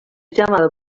llamado